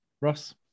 Ross